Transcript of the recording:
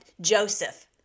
Joseph